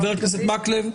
חבר הכנסת מקלב,